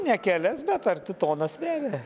ne kelias bet arti tonos sveria